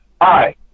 Hi